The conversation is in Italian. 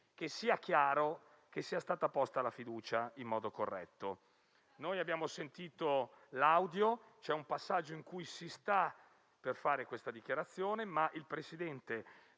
che sia chiaro che sia stata posta la questione di fiducia in modo corretto. Noi abbiamo sentito l'audio e c'è un passaggio in cui si sta per fare questa dichiarazione, ma il presidente